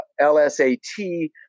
LSAT